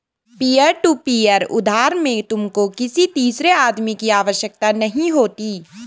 peer to peer उधार में तुमको किसी तीसरे आदमी की आवश्यकता नहीं होती